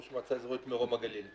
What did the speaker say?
ראש מועצה איזורית מרום הגליל.